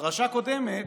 בפרשה קודמת,